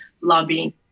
lobbying